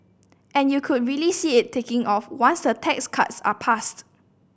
and you could really see it taking off once the tax cuts are passed